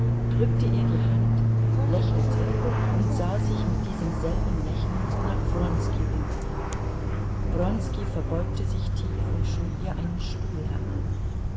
drückte ihr die hand lächelte und sah sich mit diesem selben lächeln nach wronski um wronski verbeugte sich tief und schob ihr einen stuhl heran